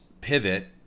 pivot